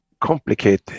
complicated